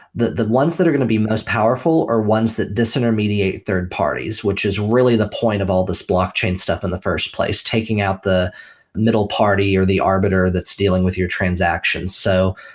the the ones that are going to be most powerful are ones that dis-intermediate third parties, which is really the point of all this blockchain stuff in the first place, taking out the middle party or the arbiter that's dealing with your transaction. so,